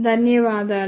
ధన్యవాదాలు